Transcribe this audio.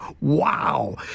Wow